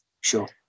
sure